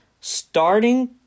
starting